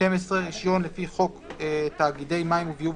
(12)רישיון לפי חוק תאגידי מים וביוב,